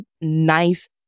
nice